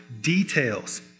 details